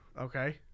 Okay